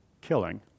killing